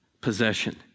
possession